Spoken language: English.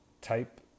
type